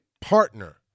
partner